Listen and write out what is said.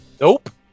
Nope